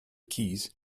keys